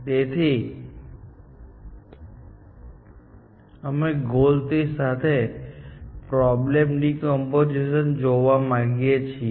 તેથી અમે goal tree સાથે પ્રોબ્લેમ ડિકોમ્પોઝિશન જોવા માંગીએ છીએ